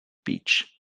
beach